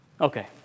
okay